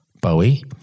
Bowie